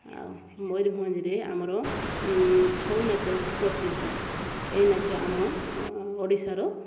ଆଉ ମୟୂରଭଞ୍ଜରେ ଆମର ଛଉ ନାଚ ଗୋଟେ ପ୍ରସିଦ୍ଧ ଏଇ ନାଚ ଆମ ଓଡ଼ିଶାର